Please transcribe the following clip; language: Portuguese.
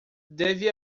deve